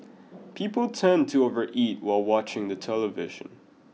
people tend to overeat while watching the television